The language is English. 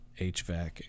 HVAC